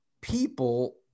people